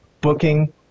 booking